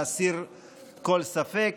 להסיר כל ספק: